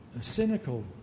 cynical